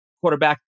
quarterback